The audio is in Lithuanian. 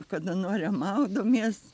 kada norim maudomės